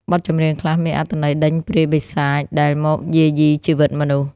បទចម្រៀងខ្លះមានអត្ថន័យដេញព្រាយបិសាចដែលមកយាយីជីវិតមនុស្ស។